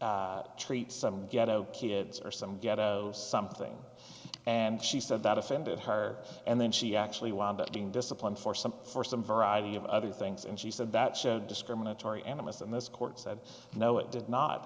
o treat some ghetto kids or some get something and she said that offended her and then she actually wound up being disciplined for some for some variety of other things and she said that showed discriminatory animus in this court said no it did not